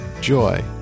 joy